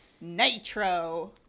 Nitro